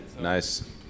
Nice